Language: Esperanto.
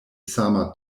sama